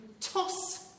toss